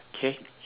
okay